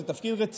זה תפקיד רציני.